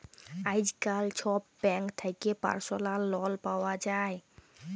আইজকাল ছব ব্যাংক থ্যাকে পার্সলাল লল পাউয়া যায়